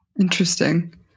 Interesting